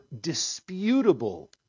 disputable